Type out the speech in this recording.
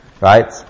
Right